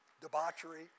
debauchery